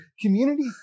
Community